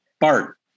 Bart